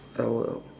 L O L